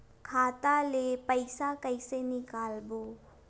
खाता ले पईसा कइसे निकालबो?